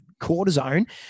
cortisone